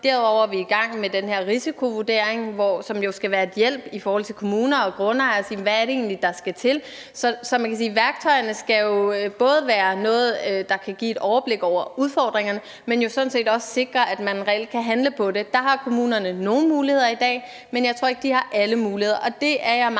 Derudover er vi i gang med den her risikovurdering, som jo skal være en hjælp til kommuner og grundejere til at se, hvad det egentlig er, der skal til. Så værktøjerne skal jo være nogle, der gør, at man kan få et overblik over udfordringerne, og som sådan set også sikrer, at man reelt kan handle på det. Der har kommunerne i dag nogle muligheder, men jeg tror ikke, at de har alle muligheder,